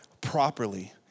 properly